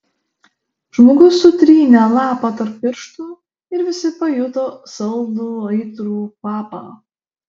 žmogus sutrynė lapą tarp pirštų ir visi pajuto saldų aitrų kvapą